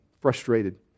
frustrated